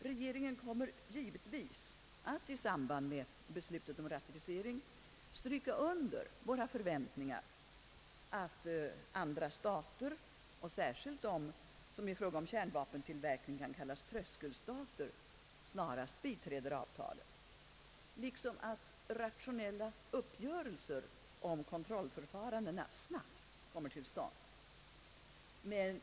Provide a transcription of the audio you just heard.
Regeringen kommer givetvis att i samband med beslutet om ratificering stryka under våra förväntningar att andra stater — och särskilt de som i fråga om kärnvapentillverkning kan kallas tröskelstater — snarast biträder avtalet, liksom att uppgörelser om kontrollförfarandet snabbt kommer till stånd.